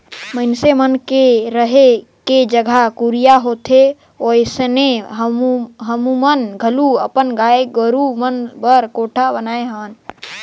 मइनसे मन के रहें के जघा कुरिया होथे ओइसने हमुमन घलो अपन गाय गोरु मन बर कोठा बनाये हन